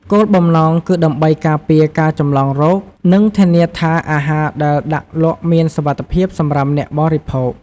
គោលបំណងគឺដើម្បីការពារការចម្លងរោគ និងធានាថាអាហារដែលដាក់លក់មានសុវត្ថិភាពសម្រាប់អ្នកបរិភោគ។